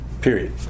Period